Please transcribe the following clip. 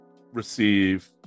receive